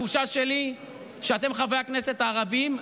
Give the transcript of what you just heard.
התחושה שלי היא שאתם, חברי הכנסת הערבים,